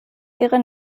ihre